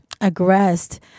aggressed